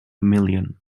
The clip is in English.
million